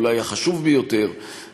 אולי החשוב ביותר,